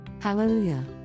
Hallelujah